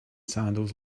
sandals